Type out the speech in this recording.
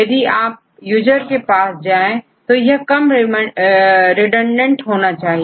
यदि आप यूजर के पास जाएं तो यह कम रिडंडेंट होना चाहिए